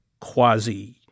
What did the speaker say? quasi